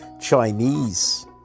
Chinese